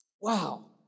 Wow